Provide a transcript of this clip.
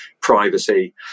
privacy